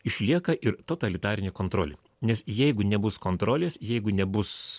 išlieka ir totalitarinė kontrolė nes jeigu nebus kontrolės jeigu nebus